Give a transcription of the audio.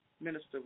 Minister